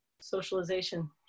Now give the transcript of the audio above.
socialization